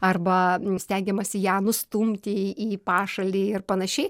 arba stengiamasi ją nustumti į pašalį ir panašiai